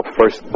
first